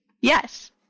Yes